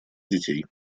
детей